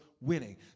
winning